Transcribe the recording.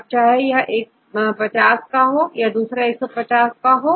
इसमें चाहे एक50 का और दूसरा150 का हो